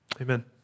Amen